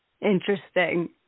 Interesting